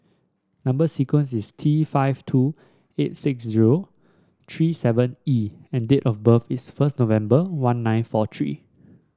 number sequence is T five two eight six zero three seven E and date of birth is first November one nine four three